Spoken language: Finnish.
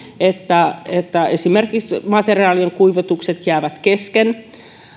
että että esimerkiksi materiaalien kuivatukset jäävät kesken